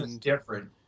different